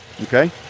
okay